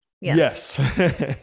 Yes